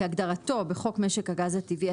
כהגדרתו בחוק משק הגז הטבעי,